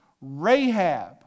Rahab